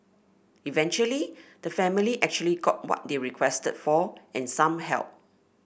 eventually the family actually got what they requested for and some help